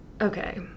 Okay